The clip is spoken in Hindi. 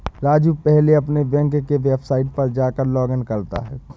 राजू पहले अपने बैंक के वेबसाइट पर जाकर लॉगइन करता है